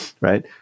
right